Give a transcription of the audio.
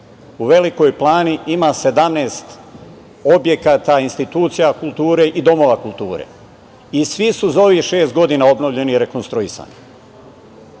u Velikoj Plani ima 17 objekata, institucija kulture i domova kulture i svi su za ovih šest godina obnovljeni i rekonstruisani.